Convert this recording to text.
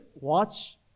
watch